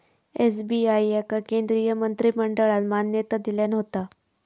SBI याका केंद्रीय मंत्रिमंडळान मान्यता दिल्यान होता